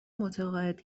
متعاقد